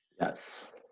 Yes